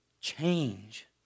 change